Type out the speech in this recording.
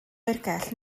oergell